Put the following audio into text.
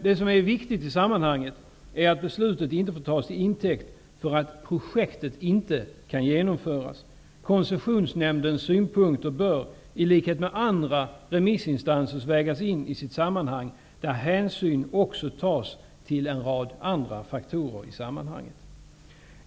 Det som är viktigt i sammanhanget är att beslutet inte får tas till intäkt för att projektet inte kan genomföras. Koncessionsnämndens synpunkter bör, i likhet med andra remissinstansers, vägas in i sitt sammanhang, där hänsyn tas till en rad andra faktorer i sammanhanget.